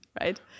right